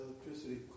electricity